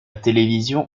télévision